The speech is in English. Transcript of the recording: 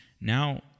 now